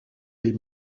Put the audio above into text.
les